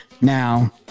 Now